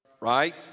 right